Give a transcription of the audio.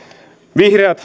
vihreät